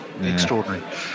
Extraordinary